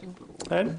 אין?